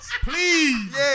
Please